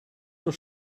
were